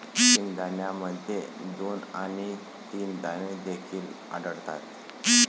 शेंगदाण्यामध्ये दोन आणि तीन दाणे देखील आढळतात